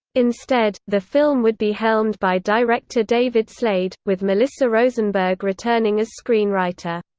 instead, the film would be helmed by director david slade, with melissa rosenberg returning as screenwriter.